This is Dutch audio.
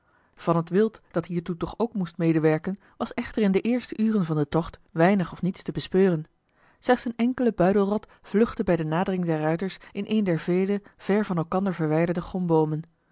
van het wild dat hiertoe toch ook moest medewerken was echter in de eerste uren van den tocht weinig of niets te bespeuren slechts eene enkele buidelrat vluchtte bij de nadering der ruiters in een der vele ver van elkander verwijderde